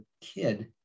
kid